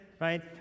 right